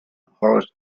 horus